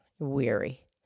weary